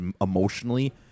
emotionally